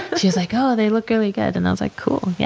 she's like, oh they look really good, and i was like, cool. yeah